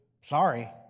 Sorry